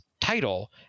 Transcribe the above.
title